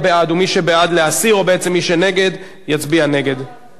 זה מה שאני רוצה, דיון במליאה במעמד כל השרים.